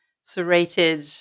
serrated